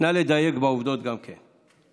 נא לדייק בעובדות, גם כן.